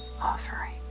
offering